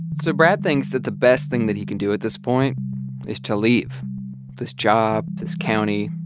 so brad thinks that the best thing that he can do at this point is to leave this job, this county,